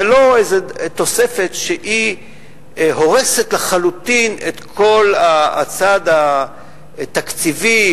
זו לא איזו תוספת שהורסת לחלוטין את כל הצד התקציבי,